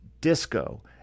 disco